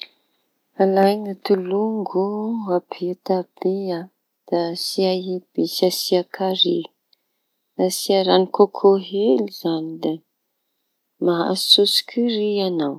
Alaina tolongo, ampia tabia, da asia episy asia kar`y, da asia rano kôkô ely izañy da; mahazo sôsy kir`y añao.